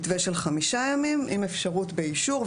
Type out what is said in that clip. מתווה של חמישה ימים עם אפשרות באישור,